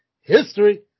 history